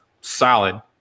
solid